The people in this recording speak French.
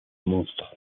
monstre